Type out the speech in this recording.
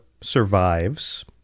survives